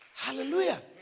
Hallelujah